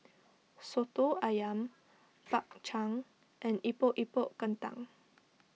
Soto Ayam Bak Chang and Epok Epok Kentang